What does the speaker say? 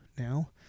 now